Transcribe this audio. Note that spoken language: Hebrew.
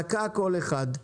דקה כל אחד.